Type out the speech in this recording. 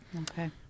Okay